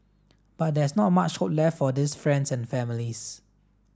but there's not much hope left for these friends and families